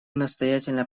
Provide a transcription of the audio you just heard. настоятельно